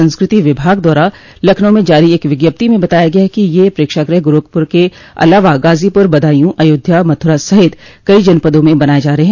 संस्कृति विभाग द्वारा लखनऊ में जारी एक विज्ञप्ति में बताया गया है कि यह प्रेक्षागृह गोरखपुर के अलावा ग़ाज़ीपुर बदायूं अयोध्या मथुरा सहित कई जनपदों में बनाये जा रहे हैं